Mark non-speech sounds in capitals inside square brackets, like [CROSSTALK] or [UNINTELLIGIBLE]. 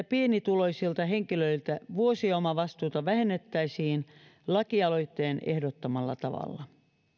[UNINTELLIGIBLE] pienituloisilta henkilöiltä vuosiomavastuuta vähennettäisiin lakialoitteen ehdottamalla tavalla